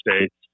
States